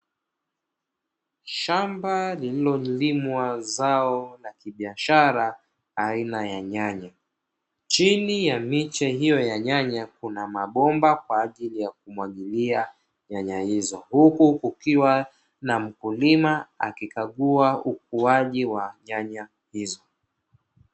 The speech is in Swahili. Shamba lililolimwa zao la kibiashara aina ya nyanya, chini ya miche hiyo ya nyanya kuna mabomba kwa ajili ya kumwagilia nyanya hizo, huku kukiwa na mkulima akikagua ukuaji wa nyanya hizo.